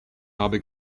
habe